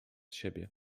siebie